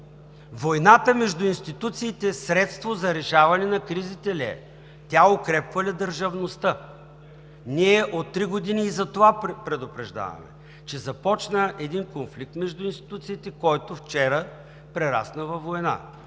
войната между институциите средство за решаване на кризите ли е, тя укрепва ли държавността? Ние от три години предупреждаваме за това, че започна един конфликт между институциите, който вчера прерасна във война,